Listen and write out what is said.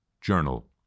journal